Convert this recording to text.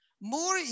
More